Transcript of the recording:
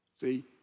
See